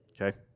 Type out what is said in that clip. Okay